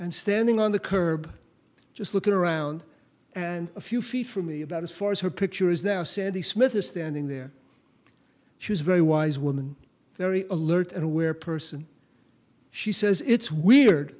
and standing on the curb just looking around and a few feet from me about as far as her picture is now said the smith is standing there she is very wise woman very alert and aware person she says it's weird